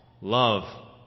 love